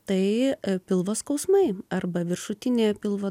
tai pilvo skausmai arba viršutinėje pilvo